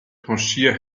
tangier